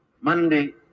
Monday